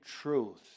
truth